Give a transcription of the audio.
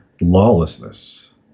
lawlessness